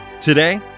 Today